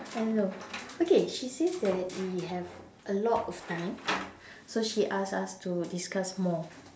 hello okay she says that we have a lot of time so she ask us to discuss more